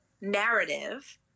narrative